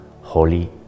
Holy